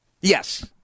Yes